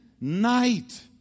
night